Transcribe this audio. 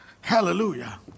Hallelujah